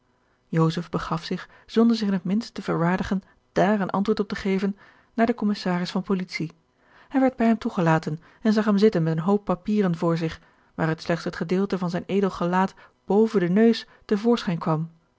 begaf zich zonder zich in het minst te verwaardigen daar een antwoord op de geven naar den commissaris van politie hij werd bij hem toegelaten en zag hem zitten met een hoop papieren voor zich waaruit slechts het gedeelte van zijn edel gelaat boven den neus te voorschijn kwam